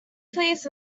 please